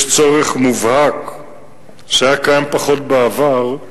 קיים פחות בעבר,